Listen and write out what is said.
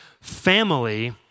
family